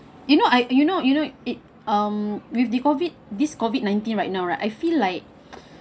you know I you know you know it um with the COVID this COVID nineteen right now right I feel like